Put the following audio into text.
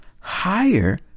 higher